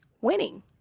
winning